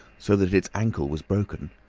so that its ankle was broken,